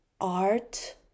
art